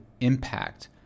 impact